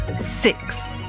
six